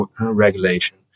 regulation